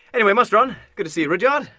anyway, must run good to see you rudyard,